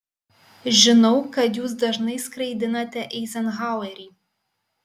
žinau kad jūs dažnai skraidinate eizenhauerį